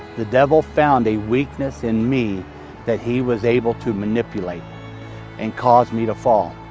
the devil found a weakness in me that he was able to manipulate and cause me to fall.